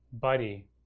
buddy